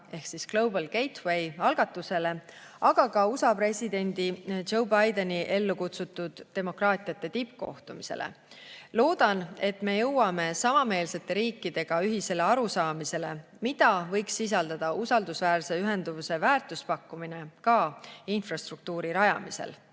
ehkGlobal Gatewayalgatusele, aga ka USA presidendi Joe Bideni ellu kutsutud demokraatiate tippkohtumisele. Loodan, et me jõuame samameelsete riikidega ühisele arusaamisele, mida võiks sisaldada usaldusväärse ühenduvuse väärtuspakkumine ka infrastruktuuri rajamisel. Teisalt